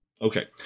Okay